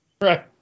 Right